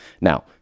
Now